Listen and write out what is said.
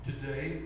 Today